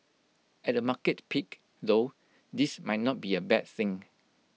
at A market peak though this might not be A bad thing